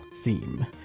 theme